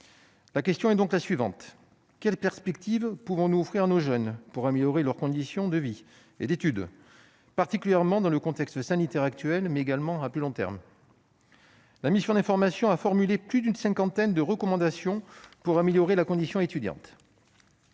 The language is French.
La question est donc la suivante : quelles perspectives pouvons-nous offrir à nos jeunes pour améliorer leurs conditions de vie et d'études, particulièrement dans le contexte sanitaire actuel, mais également à plus long terme ? La mission d'information a formulé plus d'une cinquantaine de recommandations pour améliorer la condition étudiante.